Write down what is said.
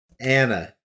Anna